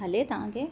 हले तव्हांखे